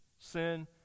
Sin